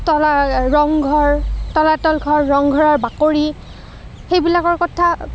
তলা ৰংঘৰ তলাতল ঘৰ ৰংঘৰৰ বাকৰি সেইবিলাকৰ কথা